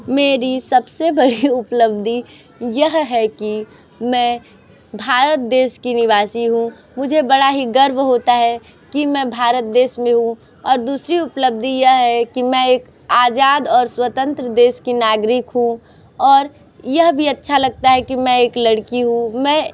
मेरी सब से बड़ी उपलब्धि यह है कि मैं भारत देश की निवासी हूँ मुझे बड़ा ही गर्व होता है कि मैं भारत देश में हूँ और दूसरी उपलब्धि यह है कि मैं एक आज़ाद और स्वतंत्र देश की नागरिक हूँ और यह भी अच्छा लगता है कि मैं एक लड़की हूँ मैं